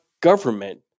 government